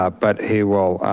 ah but he will